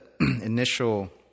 initial